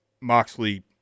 Moxley